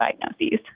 diagnoses